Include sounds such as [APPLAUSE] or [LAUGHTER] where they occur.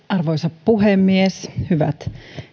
[UNINTELLIGIBLE] arvoisa puhemies hyvät